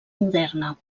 moderna